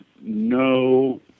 no